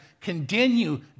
continue